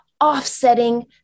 offsetting